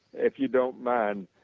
if you don't mind,